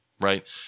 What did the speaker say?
Right